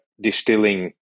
distilling